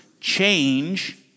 change